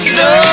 no